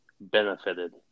benefited